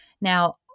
Now